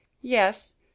Yes